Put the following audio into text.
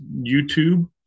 YouTube